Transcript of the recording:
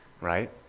right